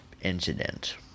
incident